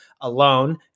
Alone